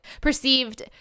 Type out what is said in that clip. perceived